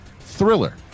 thriller